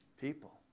people